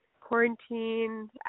quarantine